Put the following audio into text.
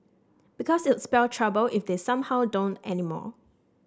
because it'd spell trouble if they somehow don't anymore